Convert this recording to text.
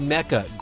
Mecca